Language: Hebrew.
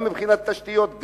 גם מבחינת תשתיות,